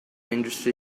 industry